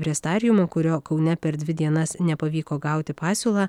prestariumo kurio kaune per dvi dienas nepavyko gauti pasiūlą